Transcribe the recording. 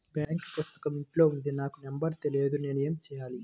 Bank పుస్తకం ఇంట్లో ఉంది నాకు నంబర్ తెలియదు నేను ఏమి చెయ్యాలి?